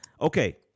Okay